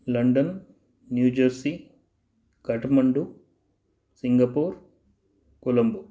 London New Jersey Kathmandu Singapore Colombo